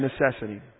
necessity